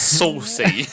saucy